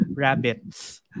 Rabbits